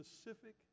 specific